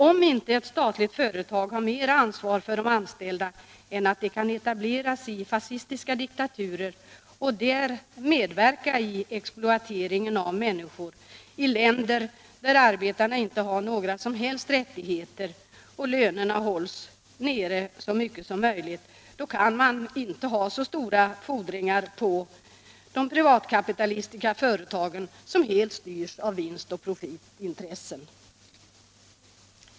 Om inte ett statligt företag har mera ansvar för de anställda än att det kan etablera sig i fascistiska diktaturer och där medverka i exploateringen av människor — i länder där arbetarna inte har några som helst rättigheter och lönerna hålls nere så mycket som möjligt — då kan man inte ha någonting att vänta från de privatkapitalistiska företagen som helt styrs av vinstoch profitintressen.